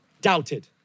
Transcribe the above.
doubted